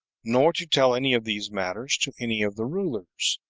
nor to tell any of these matters to any of the rulers,